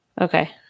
Okay